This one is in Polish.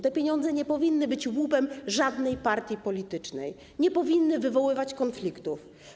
Te pieniądze nie powinny być łupem żadnej partii politycznej, nie powinny wywoływać konfliktów.